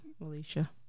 alicia